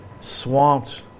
Swamped